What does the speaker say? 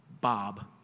Bob